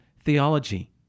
theology